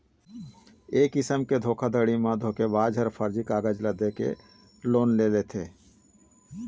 ए किसम के धोखाघड़ी म धोखेबाज ह फरजी कागज ल दे के लोन ले लेथे